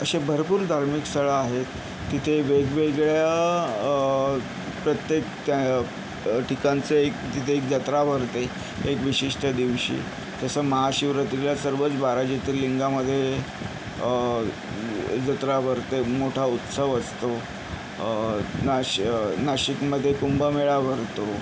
अशी भरपूर धार्मिक स्थळं आहेत तिथे वेगवेगळ्या प्रत्येक त्या ठिकाणचे एक तिथे एक जत्रा भरते एक विशिष्ट दिवशी जसं महाशिवरात्रीला सर्वच बारा ज्योतिर्लिंगामध्ये जत्रा भरते मोठा उत्सव असतो नाशि नाशिकमध्ये कुंभमेळा भरतो